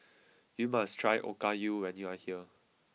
you must try Okayu when you are here